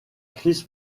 chris